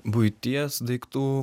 buities daiktų